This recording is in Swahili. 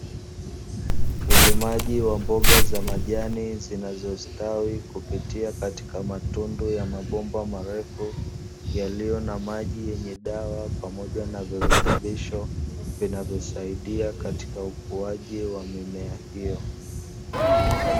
Ulimaji wa mboga za majani zinazostawi kupitia katika matundu ya mabomba marefu, yaliyo na maji yenye dawa pamoja na virutubisho vinavyosaidia katika ukuaji wa mimea hiyo.